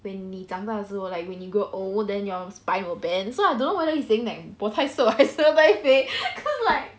when 你长大的时候 like when you grow old then your spine will bend so I don't know whether he's saying like 我太瘦还是太肥 cause like